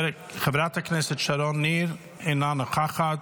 חברת הכנסת שרון ניר, אינה נוכחת,